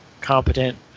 competent